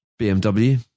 BMW